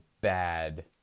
bad